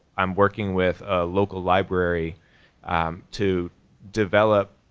i'm working with a local library to develop